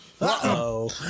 Uh-oh